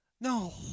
No